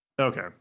Okay